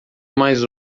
mais